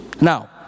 Now